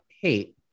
hate